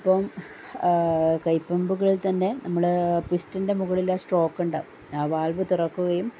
ഇപ്പം കൈപ്പമ്പുകളിൽ തന്നെ നമ്മൾ പിസ്റ്റൻ്റെ മുകളിലെ സ്ട്രോക്ക് ഉണ്ടാകും ആ വാൽവ് തുറക്കുകയും